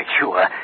sure